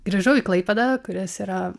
grįžau į klaipėdą kuris yra